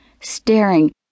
staring